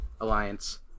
Alliance